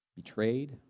Betrayed